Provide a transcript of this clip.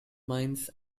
mines